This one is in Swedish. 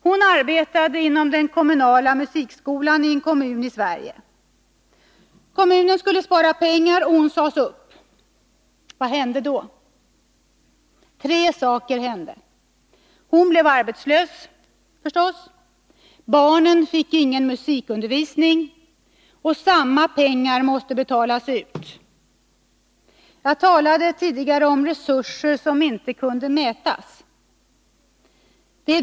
Hon arbetade inom den kommunala musikskolan i en kommun i Sverige. Kommunen skulle spara pengar, och hon sades upp. Vad hände då? Tre saker hände. Hon blev arbetslös, barnen fick ingen musikundervisning, men samma pengar måste betalas ut. Jag talade tidigare om resurser som inte kunde mätas.